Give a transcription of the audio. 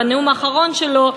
בנאום האחרון שלו,